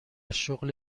شغل